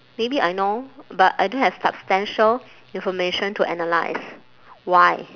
maybe I know but I don't have substantial information to analyse why